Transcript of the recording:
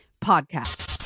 podcast